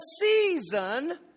season